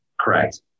Correct